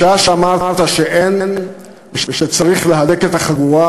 בשעה שאמרת שאין, ושצריך להדק את החגורה,